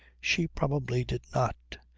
she probably did not.